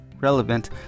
relevant